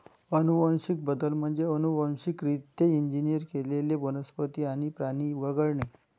अनुवांशिक बदल म्हणजे अनुवांशिकरित्या इंजिनियर केलेले वनस्पती आणि प्राणी वगळणे